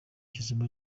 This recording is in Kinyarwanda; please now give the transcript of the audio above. kizima